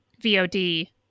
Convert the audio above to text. VOD